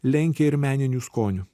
lenkia ir meniniu skoniu